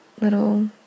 little